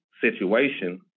situation